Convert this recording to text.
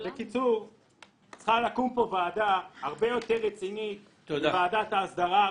צריכה לקום ועדה הרבה יותר רצינית מוועדת ההסדרה.